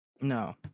No